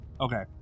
Okay